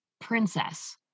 princess